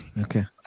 okay